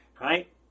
Right